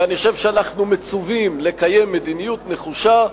ואני חושב שאנחנו מצווים לקיים מדיניות נחושה,